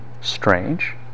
Strange